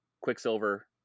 quicksilver